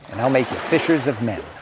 and i'll make you fishers of men.